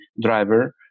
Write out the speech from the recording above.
driver